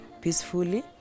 peacefully